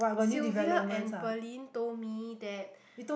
Sylvia and Perlyn told me that